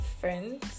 friends